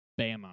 Bama